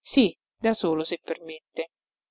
sì da solo se permette